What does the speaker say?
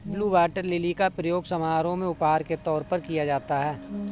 blue water lily का प्रयोग समारोह में उपहार के तौर पर किया जाता है